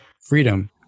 freedom